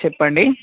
చెప్పండి